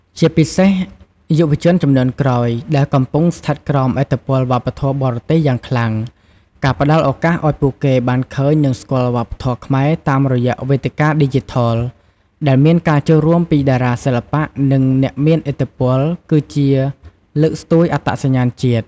ជាពិសេសយុវជនជំនាន់ក្រោយ ដែលកំពុងស្ថិតក្រោមឥទ្ធិពលវប្បធម៌បរទេសយ៉ាងខ្លាំង ការផ្តល់ឱកាសឲ្យពួកគេបានឃើញ និងស្គាល់វប្បធម៌ខ្មែរតាមរយៈវេទិកាឌីជីថល ដែលមានការចូលរួមពីតារាសិល្បៈ និងអ្នកមានឥទ្ធិពល គឺជាលើកស្ទួយអត្តសញ្ញាណជាតិ។